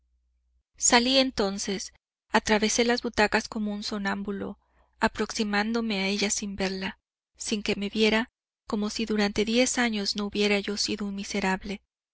salí entonces atravesé las butacas como un sonámbulo aproximándome a ella sin verla sin que me viera como si durante diez años no hubiera yo sido un miserable